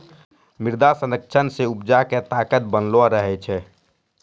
मृदा संरक्षण से उपजा के ताकत बनलो रहै छै